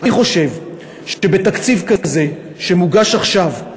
אני חושב שבתקציב כזה שמוגש עכשיו,